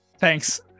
Thanks